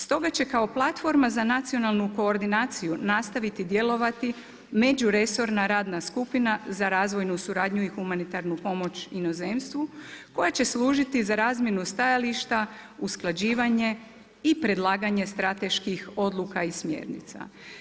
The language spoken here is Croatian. Stoga će kao platforma za nacionalnu koordinaciju nastaviti djelovati međuresorna radna skupina za razvojnu suradnju i humanitarnu pomoć inozemstvu koja će služiti za razmjenu stajališta usklađivanje i predlaganje strateških odluka i smjernica.